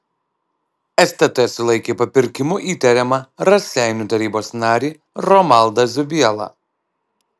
stt sulaikė papirkimu įtariamą raseinių tarybos narį romaldą zubielą